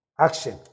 Action